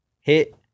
Hit